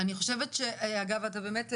באמת תודה,